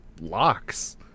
locks